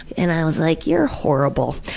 and i was like, you're horrible!